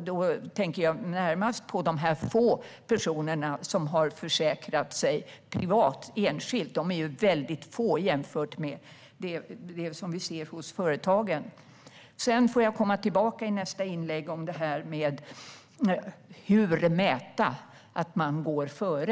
Då tänker jag närmast på de få personer som har försäkrat sig privat, enskilt. De är väldigt få, jämfört med det som vi ser hos företagen. I nästa inlägg får jag komma tillbaka till frågan: Hur mäta att man går före?